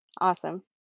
Awesome